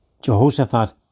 Jehoshaphat